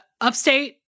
upstate